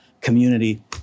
community